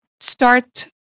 start